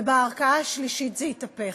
ובערכאה השלישית זה התהפך.